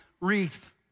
wreath